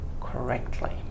correctly